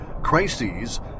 crises